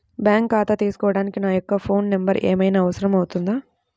Bank ఖాతా తీసుకోవడానికి నా యొక్క ఫోన్ నెంబర్ ఏమైనా అవసరం అవుతుందా?